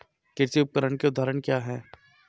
कृषि उपकरण के उदाहरण क्या हैं?